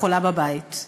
חולה ילד שלך